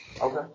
Okay